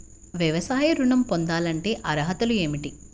వ్యవసాయ ఋణం పొందాలంటే అర్హతలు ఏమిటి?